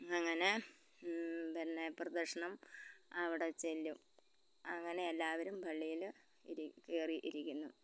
അങ്ങനെ പിന്നെ പ്രദക്ഷിണം അവിടെ ചെല്ലും അങ്ങനെ എല്ലാവരും പള്ളിയിൽ കയറി ഇരിക്കുന്നു